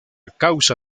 causa